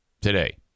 Today